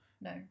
No